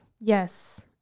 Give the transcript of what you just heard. yes